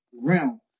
realm